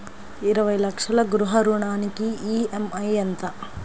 ఇరవై లక్షల గృహ రుణానికి ఈ.ఎం.ఐ ఎంత?